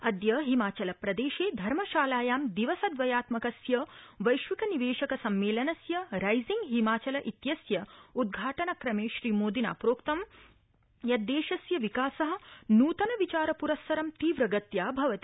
अद्य हिमाचल प्रदेशे धर्मशालायां दिवसदवयात्मकस्य वैश्विक निवेशक सम्मेलनस्य राइजिंग हिमाचल इत्यस्य उदघाटनक्रमे श्रीमोदिना प्रोक्तं यत् देशस्य विकासः नूतन विचारप्रस्सरम तीव्रगत्या भवति